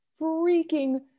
freaking